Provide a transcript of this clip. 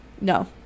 no